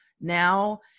now